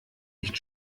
nicht